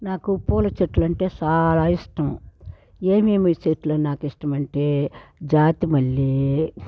నాకు పూల చెట్లు అంటే సాలా ఇష్టం ఏమేమి చెట్లు నాకిష్టమంటే జాతి మల్లి